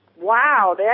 wow